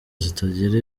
zitagira